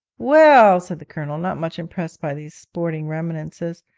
well, said the colonel, not much impressed by these sporting reminiscences,